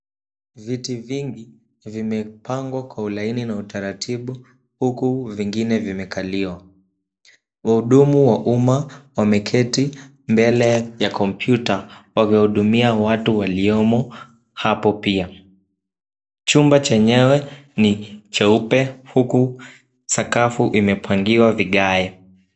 Kiti vingi vimepangwa kwa ulaini na utaratibu huku vingine vimekaliwa, Muhumu wa umma, wameketi, mbele ya kompyuta, wanaudumia watu waliomo hapo pia. Chumba chenyewe ni cha upe, huku, sakafu imepangiwa vigae.